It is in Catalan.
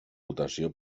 votació